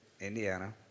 Indiana